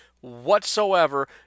whatsoever